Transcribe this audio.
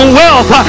wealth